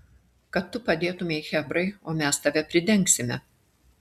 kad tu padėtumei chebrai o mes tave pridengsime